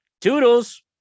Toodles